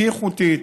הכי איכותית,